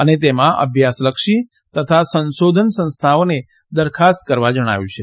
અને તેમાં અભ્યાસલક્ષી તથા સંશોધન સંસ્થાઓને દરખાસ્ત કરવા જણાવ્યું છે